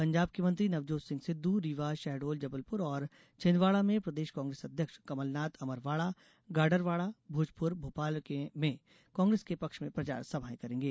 पंजाब के मंत्री नवजोत सिंह सिद्ध रीवा शहडोल जबलपुर और छिंदवाड़ा में प्रदेश कांग्रेस अध्यक्ष कमलनाथ अमरवाड़ा गाडरवाड़ा भोजपुर भोपाल में कांग्रेस के पक्ष में प्रचार सभाएं करेंगे